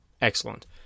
Excellent